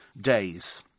days